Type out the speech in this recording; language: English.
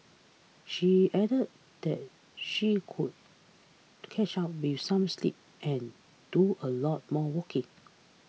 she added that she could catch up with some sleep and do a lot more walking